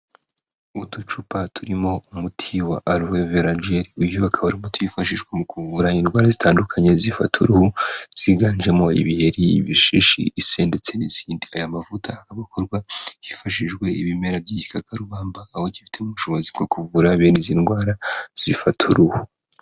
Uducupa turimo umuti wa Aloe Vera Gelly. Uyu ukaba ari umuti wifashishwa mu kuvura indwara zitandukanye zifata uruhu ziganjemo ibiheri, ibishishi ndetse n'izindi. Aya mavuta akaba akorwa hifashishijwe ibimera by'igikakarubambaga, aho gifite ubushobozi bwo kuvura bene izi ndwara zifata uruhu.